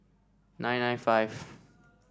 nine nine five